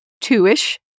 two-ish